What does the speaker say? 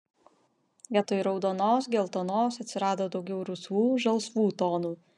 vietoj raudonos geltonos atsirado daugiau rusvų žalsvų tonų